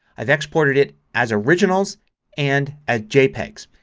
i've exported it as originals and as jpegs.